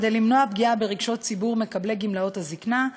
כדי למנוע פגיעה ברגשות ציבור מקבלי גמלאות הזיקנה,